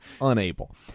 Unable